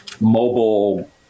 mobile